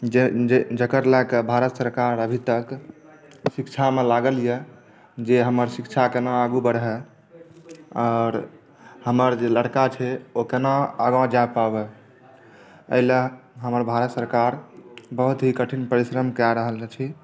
जकरा लए कऽ भारत सरकार अभीतक शिक्षा मे लागल यऽ जे हमर शिक्षा केना आगू बढ़ए आर हमर जे लड़का छै ओ केना आगाँ जा पाबाए एहिला हमर भारत सरकार बहुत ही कठिन परिश्रम कए रहल अछि